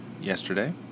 yesterday